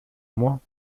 mois